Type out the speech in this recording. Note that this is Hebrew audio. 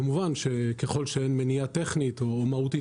כמובן שככל שאין מניעה טכנית או מהותית